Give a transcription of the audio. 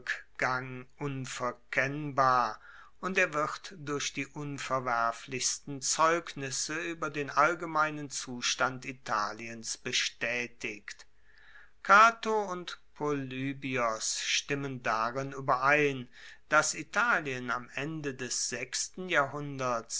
rueckgang unverkennbar und er wird durch die unverwerflichsten zeugnisse ueber den allgemeinen zustand italiens bestaetigt cato und polybios stimmen darin ueberein dass italien am ende des sechsten jahrhunderts